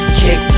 kick